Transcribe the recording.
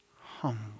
humble